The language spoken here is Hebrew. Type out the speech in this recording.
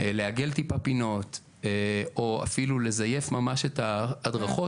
לעגל טיפה פינות או אפילו ממש לזייף את ההדרכות,